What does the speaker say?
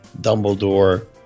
dumbledore